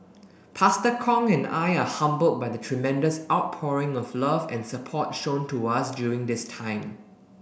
Pastor Kong and I are humbled by the tremendous outpouring of love and support shown to us during this time